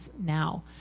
now